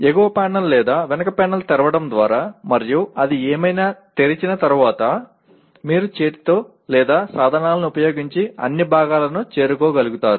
ఎగువ ప్యానెల్ లేదా వెనుక ప్యానెల్ తెరవడం ద్వారా మరియు అది ఏమైనా తెరిచిన తర్వాత మీరు చేతితో లేదా సాధనాలను ఉపయోగించి అన్ని భాగాలను చేరుకోగలుగుతారు